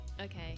Okay